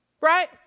right